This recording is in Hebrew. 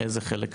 איזה חלק?